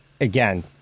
again